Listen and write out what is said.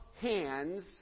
hands